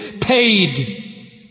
paid